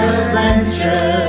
adventure